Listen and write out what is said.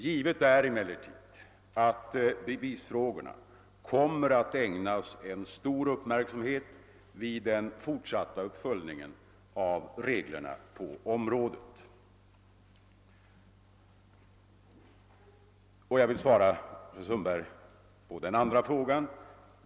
Givet är emellertid att bevisfrågorna kommer att ägnas stor uppmärksamhet vid den fortsatta uppföljningen av reglerna på området. Jag vill också svara på fru Sundbergs andra fråga.